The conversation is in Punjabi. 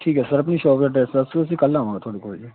ਠੀਕ ਹੈ ਸਰ ਆਪਣੀ ਸ਼ੋਪ ਦਾ ਅਡਰੈਸ ਦੱਸਦੋ ਅਸੀਂ ਕੱਲ੍ਹ ਆਵਾਂਗੇ ਤੁਹਾਡੇ ਕੋਲ ਜੀ